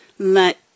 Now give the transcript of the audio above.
Let